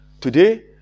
today